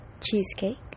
cheesecake